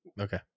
Okay